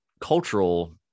cultural